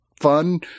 fun